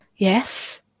Yes